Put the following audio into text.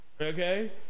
Okay